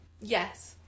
Yes